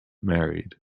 married